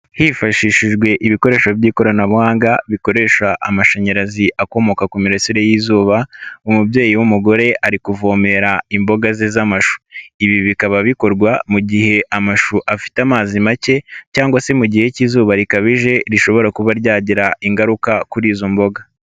Hifashishijwe ibikoresho by'ikoranabuhanga, bikoresha amashanyarazi akomoka ku mirasire y'izuba, umubyeyi w'umugore ari kuvomera imboga ze z'amshu, ibi bikaba bikorwa mu gihe afite amazi make cyangwa se mu gihe cy'izuba rikabije, rishobora kuba ryagira ingaruka kuri izo mboga.